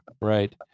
Right